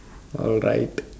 alright